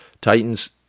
Titans